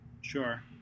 Sure